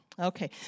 Okay